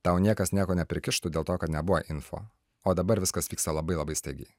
tau niekas nieko neprikištų dėl to kad nebuvo info o dabar viskas vyksta labai labai staigiai